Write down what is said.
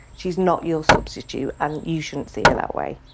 she is not your substitute and you shouldn't see her that way.